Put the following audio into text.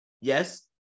Yes